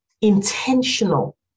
intentional